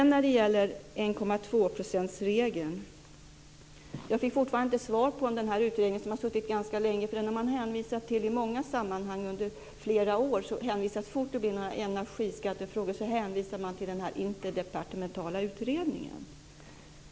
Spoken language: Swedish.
När det gäller 1,2-procentsregeln fick jag inget svar om den utredning som har suttit ganska länge. Den har man hänvisat till i många sammanhang under flera år. Så fort det blir tal om några energiskattefrågor så hänvisar man till denna interdepartementala utredningen.